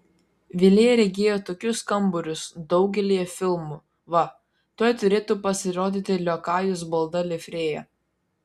vilė regėjo tokius kambarius daugelyje filmų va tuoj turėtų pasirodyti liokajus balta livrėja